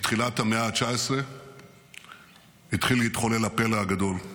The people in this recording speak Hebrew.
מתחילת המאה ה-19 התחיל להתחולל הפלא הגדול,